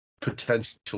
potential